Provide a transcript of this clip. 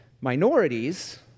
minorities